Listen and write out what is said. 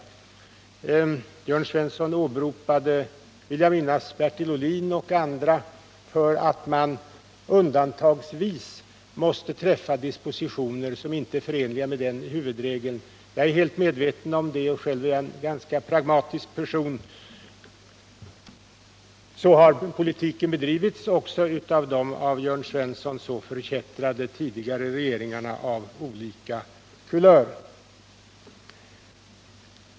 Jag vill minnas att Jörn Svensson åberopade Bertil Ohlin m.fl. och att han menade att man undantagsvis måste träffa dispositioner som inte är förenliga med huvudregeln. Jag är medveten om det. Själv är jag en ganska pragmatisk person. Men så har politiken också bedrivits i de av Jörn Svensson så förkättrade tidigare regeringarna av olika kulör.